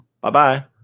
Bye-bye